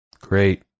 Great